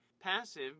passive